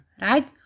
right